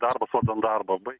darbas vardan darbo bai